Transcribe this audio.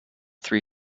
three